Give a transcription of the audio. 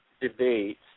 debate